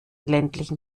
ländlichen